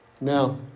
now